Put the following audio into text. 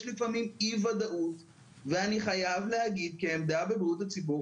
לפעמים אי ודאות ואני חייב להגיד כעמדה בבריאות הציבור,